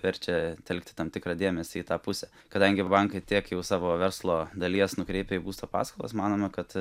verčia telkti tam tikrą dėmesį į tą pusę kadangi bankai tiek jau savo verslo dalies nukreipia į būsto paskolas manome kad